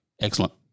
excellent